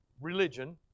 religion